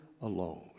alone